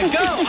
go